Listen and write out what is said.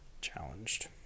challenged